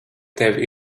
tev